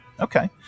Okay